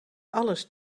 alles